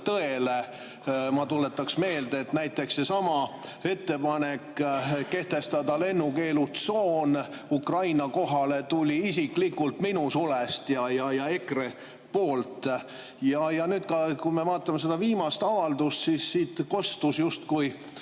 tõele. Ma tuletan meelde, et näiteks seesama ettepanek kehtestada lennukeelutsoon Ukraina kohale tuli isiklikult minu sulest ja EKRE-lt. Nüüd, kui me vaatame seda viimast avaldust, siis siit kostus, justkui